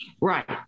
Right